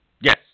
Yes